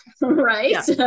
right